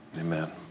Amen